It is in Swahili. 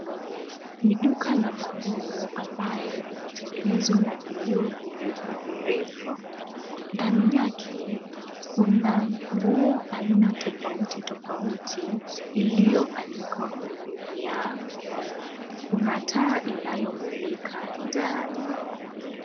Ni duka la manguo ambaye imetengenezwa na vioo virefu virefu. Ndani yake kuna nguo aina tofauti tofauti iliyoanikwa kwenye viango. Kuna taa inayomulika ndani.